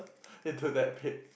into that pit